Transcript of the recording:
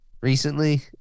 recently